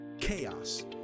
Chaos